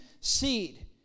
seed